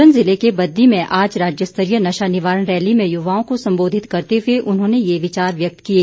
सोलन जिले के बद्दी में आज राज्य स्तरीय नशा निवारण रैली में युवाओं को संबोधित करते हुए उन्होंने ये विचार व्यक्त किए